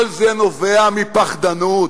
כל זה נובע מפחדנות,